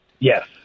Yes